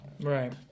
Right